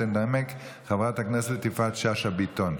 תנמק חברת הכנסת יפעת שאשא ביטון,